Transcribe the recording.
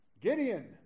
Gideon